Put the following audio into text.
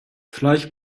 vielleicht